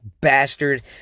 bastard